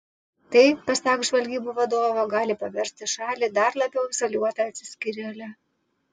tai pasak žvalgybų vadovo gali paversti šalį dar labiau izoliuota atsiskyrėle